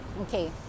Okay